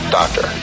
doctor